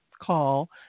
call